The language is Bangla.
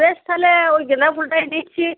বেশ তাহলে ওই গাঁদা ফুলটাই নিচ্ছি